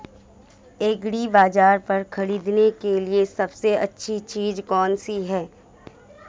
एग्रीबाज़ार पर खरीदने के लिए सबसे अच्छी चीज़ कौनसी है?